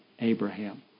Abraham